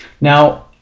Now